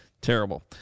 terrible